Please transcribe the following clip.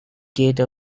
gate